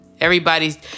everybody's